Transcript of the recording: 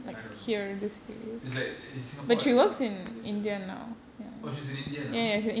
I don't know it's like it's singapore in malaysia oh she's in india now